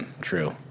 true